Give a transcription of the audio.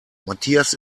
matthias